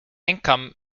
income